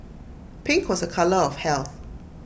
pink was A colour of health